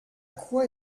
quoi